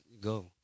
go